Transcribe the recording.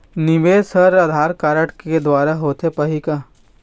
निवेश हर आधार कारड के द्वारा होथे पाही का?